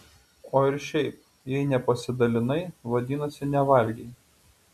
o ir šiaip jei nepasidalinai vadinasi nevalgei